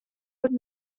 would